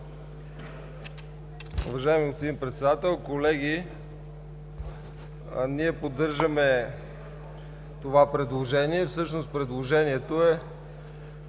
Уважаеми господин Председател! Колеги, ние поддържаме това предложение. Всъщност предложението е